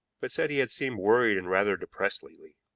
but said he had seemed worried and rather depressed lately.